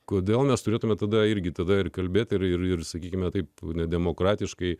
kodėl mes turėtumėme tada irgi tada ir kalbėti ir sakykime taip nedemokratiškai